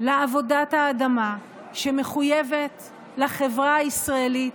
לעבודת האדמה, שמחויבת לחברה הישראלית,